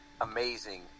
amazing